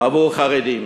עבור חרדים".